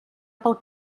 pel